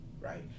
right